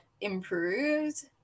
improved